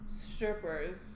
strippers